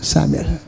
Samuel